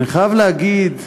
אני חייב להגיד: